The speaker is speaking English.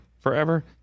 forever